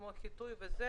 כמו חיטוי וכו',